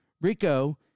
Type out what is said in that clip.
Rico